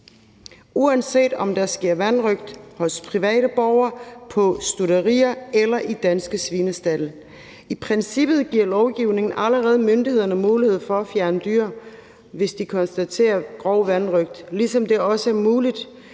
uanset om der sker vanrøgt hos private borgere, på stutterier eller i danske svinestalde. I princippet giver lovgivningen allerede myndighederne mulighed for at fjerne dyr, hvis de konstaterer grov vanrøgt, ligesom det også er muligt